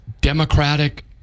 democratic